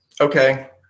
okay